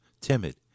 timid